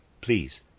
please